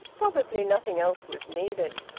probably nothing else was needed.